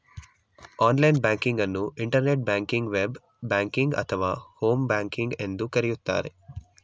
online banking ಅನ್ನು internet ಬ್ಯಾಂಕಿಂಗ್ವೆ, ಬ್ ಬ್ಯಾಂಕಿಂಗ್ ಅಥವಾ ಹೋಮ್ ಬ್ಯಾಂಕಿಂಗ್ ಎಂದು ಕರೆಯುತ್ತಾರೆ